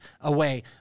away